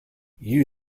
you